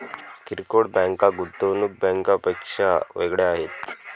किरकोळ बँका गुंतवणूक बँकांपेक्षा वेगळ्या आहेत